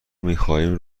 میخواهیم